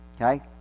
Okay